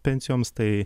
pensijoms tai